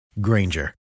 Granger